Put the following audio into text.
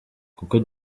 kuko